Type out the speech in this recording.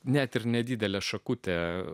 net ir nedidelę šakutę